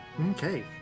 Okay